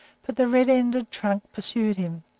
but the red-ended trunk pursued him.